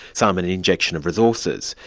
some an injection of resources,